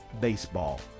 baseball